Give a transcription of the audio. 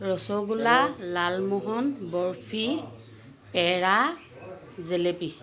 rasgulla lalmohan barfi pera jalebi